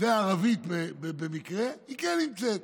והערבית, במקרה, היא כן נמצאת.